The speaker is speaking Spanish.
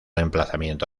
emplazamiento